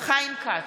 חיים כץ,